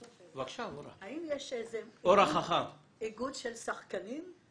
האם יש איגוד של שחקנים?